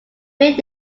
rick